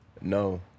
No